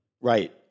Right